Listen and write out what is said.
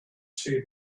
two